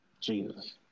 Jesus